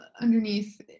underneath